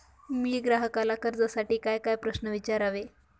मी ग्राहकाला कर्जासाठी कायकाय प्रश्न विचारावे?